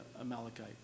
Amalekite